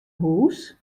hûs